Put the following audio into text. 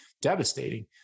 devastating